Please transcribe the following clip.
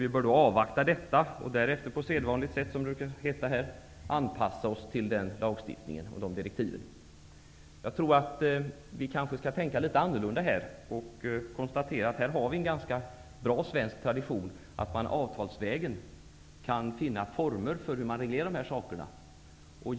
Vi bör avvakta detta direktiv och sedan på sedvanligt sätt -- som det brukar heta -- anpassa oss till den lagstiftningen och de direktiven. Vi bör här tänka litet annorlunda och konstatera att vi här har en bra svensk tradition när det gäller att avtalsvägen finna former för att reglera dessa förhållanden.